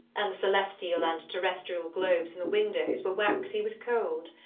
and the celestial and terrestrial globes in the windows, were waxy with cold.